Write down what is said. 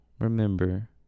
remember